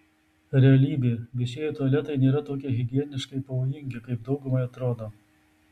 realybė viešieji tualetai nėra tokie higieniškai pavojingi kaip daugumai atrodo